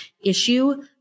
issue